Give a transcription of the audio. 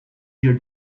your